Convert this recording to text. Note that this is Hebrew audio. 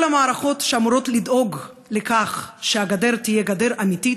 ולכל המערכות שאמורות לדאוג לכך שהגדר תהיה גדר אמיתית,